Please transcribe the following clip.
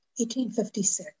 1856